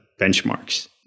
benchmarks